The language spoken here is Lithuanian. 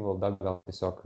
valda gal tiesiog